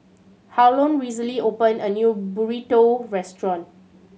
Harlon recently opened a new Burrito restaurant